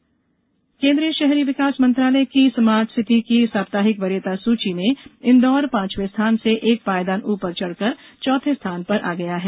smart city केन्द्रीय शहरी विकास मंत्रालय की स्मार्ट सिटी की साप्ताहिक वरीयता सूची में इंदौर पांचवें स्थान से एक पायदान ऊपर चढ़कर चौथे स्थान पर आया गया है